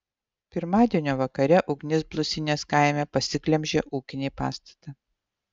pirmadienio vakare ugnis blusinės kaime pasiglemžė ūkinį pastatą